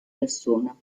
persona